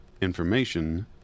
Information